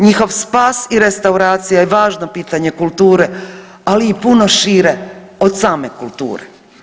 Njihov spas i restauracija je važno pitanje kulture, ali i puno šire od same kulture.